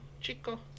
chico